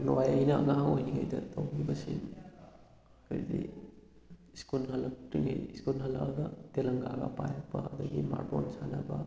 hello ꯑꯩꯅ ꯑꯉꯥꯡ ꯑꯣꯏꯔꯤꯉꯩꯗ ꯇꯧꯈꯤꯕꯁꯤꯡ ꯍꯥꯏꯗꯤ ꯁ꯭ꯀꯨꯜ ꯍꯜꯂꯛꯇ꯭ꯔꯤꯉꯩ ꯁ꯭ꯀꯨꯜ ꯍꯜꯂꯛꯑꯒ ꯇꯦꯂꯪꯒꯥꯒ ꯄꯥꯏꯔꯛꯄ ꯑꯗꯒꯤ ꯃꯥꯔꯕꯣꯟ ꯁꯥꯟꯅꯕ